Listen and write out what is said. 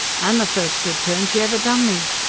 an' the first good turn she ever done me.